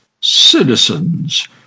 citizens